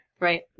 Right